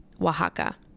Oaxaca